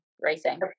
Racing